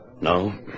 No